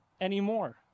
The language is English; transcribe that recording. anymore